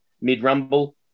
mid-rumble